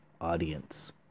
audience